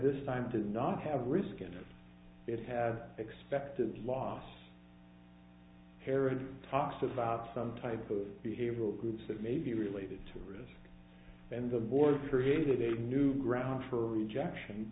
this time did not have a risk in it had expected loss hair and talks about some type of behavioral groups that may be related to risk and the board for hid a new ground for rejection